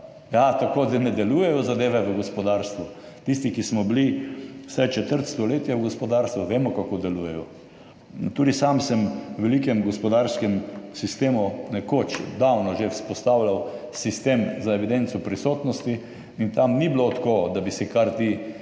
tako ne delujejo zadeve v gospodarstvu. Tisti, ki smo bili vsaj četrt stoletja v gospodarstvu, vemo, kako delujejo. Tudi sam sem v velikem gospodarskem sistemu nekoč davno že vzpostavljal sistem za evidenco prisotnosti in tam ni bilo tako, da bi si ti